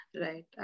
right